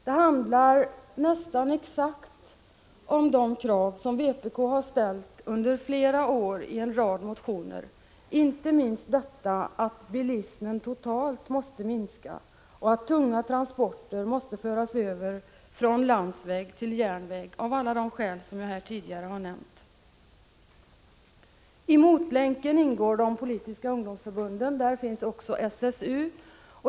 Det handlar nästan exakt om de krav som vpk har ställt under flera åri en rad motioner, inte minst om detta att bilismen totalt måste minska och att tunga transporter måste föras över från landsväg till järnväg av alla de skäl som jag här tidigare har nämnt. I Motlänken ingår de politiska ungdomsförbunden — också SSU.